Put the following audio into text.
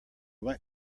went